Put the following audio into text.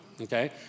okay